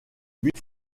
but